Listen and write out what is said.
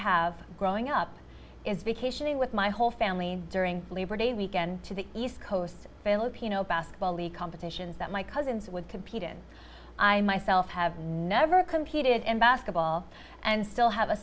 have growing up is vacationing with my whole family during labor day weekend to the east coast filipino basketball league competitions that my cousins would compete in i myself have never competed in basketball and still have a